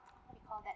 all that